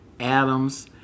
Adams